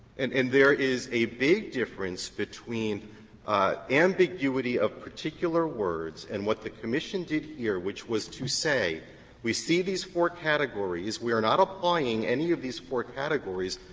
and and there is a big difference between ambiguity of particular words and what the commission did here, which was to say we see these four categories, we are not applying any of these four categories.